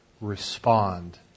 respond